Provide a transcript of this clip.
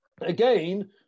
again